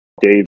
Dave